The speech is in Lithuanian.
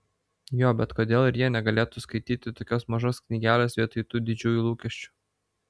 jo bet kodėl ir jie negalėtų skaityti tokios mažos knygelės vietoj tų didžiųjų lūkesčių